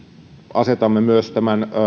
asetamme myös tämän